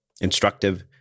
instructive